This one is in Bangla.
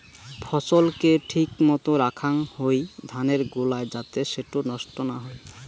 ফছল কে ঠিক মতো রাখাং হই ধানের গোলায় যাতে সেটো নষ্ট না হই